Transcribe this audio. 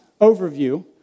overview